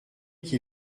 qu’il